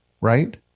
right